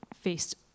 faced